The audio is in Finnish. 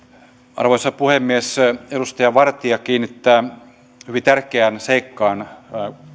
arvoisa puhemies edustaja vartia kiinnittää hyvin tärkeään seikkaan